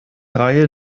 reihe